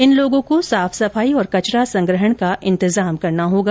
इन लोगों को साफ सफाई और कचरा संग्रहण का इंतजाम करना होगा